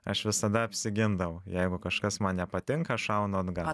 aš visada apsigindavau jeigu kažkas man nepatinka šaunu atgal